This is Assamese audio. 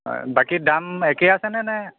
হয় বাকী দাম একেই আছেনে নে